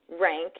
rank